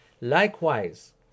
Likewise